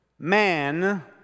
Man